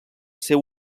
seu